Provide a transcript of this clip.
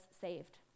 saved